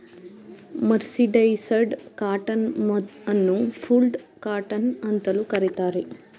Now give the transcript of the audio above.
mercerised cotton ಅನ್ನು fulled cotton ಅಂತಲೂ ಕರಿತಾರೆ